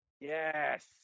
Yes